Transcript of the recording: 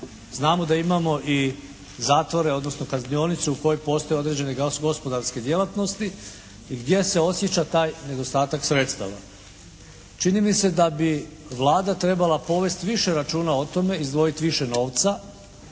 Znamo da imamo i zatvore odnosno kaznionice u kojoj postoje određene gospodarske djelatnosti i gdje se osjeća taj nedostatak sredstava. Čini mi se da bi Vlada trebala povesti više računa o tome, izdvojiti više novca